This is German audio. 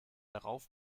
darauf